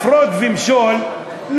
הפרד ומשול,